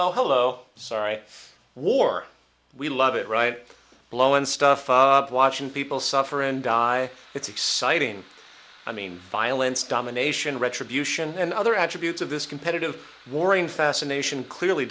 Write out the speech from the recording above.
oh hello sorry war we love it right blowing stuff up watching people suffer and die it's exciting i mean violence domination retribution and other attributes of this competitive warring fascination clearly